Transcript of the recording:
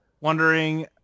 wondering